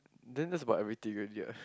then that's about everything already what